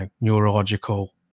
neurological